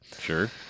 Sure